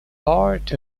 part